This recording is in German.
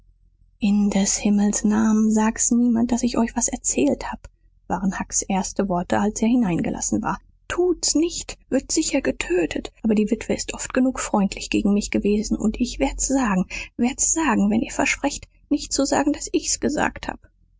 in des himmels namen sagt's niemand daß ich euch was erzählt hab waren hucks erste worte als er hineingelassen war tut's nicht würd sicher getötet aber die witwe ist oft genug freundlich gegen mich gewesen und ich werd's sagen werd's sagen wenn ihr versprecht nicht zu sagen daß ich's gesagt hab